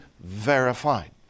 verified